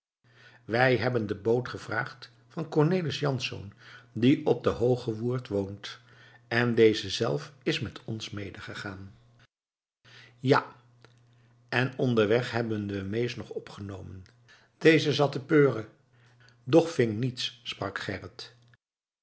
wij hebben de boot gevraagd van cornelis jansz die op de hogewoert woont en deze zelf is met ons medegegaan ja en onderweg hebben we mees nog opgenomen deze zat te peuëren doch ving niets sprak gerrit